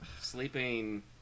Sleeping